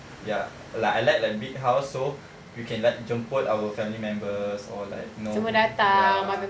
ya like I like the big house so you can like jemput our family members or like know ya